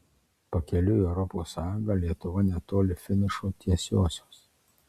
pakeliui į europos sąjungą lietuva netoli finišo tiesiosios